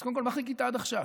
אז קודם כול, מה חיכית עד עכשיו?